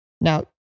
Now